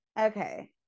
Okay